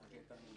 אנחנו